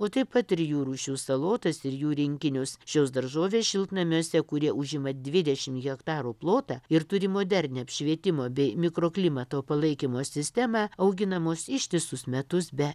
o taip pat ir jų rūšių salotas ir jų rinkinius šios daržovės šiltnamiuose kurie užima dvidešimt hektarų plotą ir turi modernią apšvietimo bei mikroklimato palaikymo sistemą auginamos ištisus metus be